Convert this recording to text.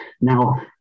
now